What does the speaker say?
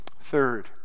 Third